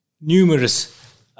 numerous